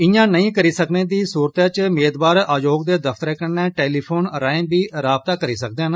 इआं नेई सकने दी सूरत च मेदवार आयोग दे दफ्तरै कन्नै टेलीफोन राएं बी राबता करी सकदे न